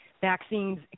vaccines